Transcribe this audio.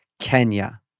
Kenya